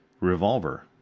revolver